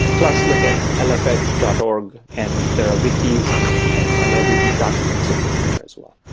plus look at lfedge dot org, and there are wikis and and and every document is in there as well.